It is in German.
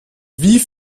wie